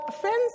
friends